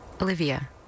Olivia